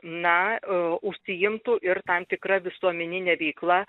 na užsiimtų ir tam tikra visuomenine veikla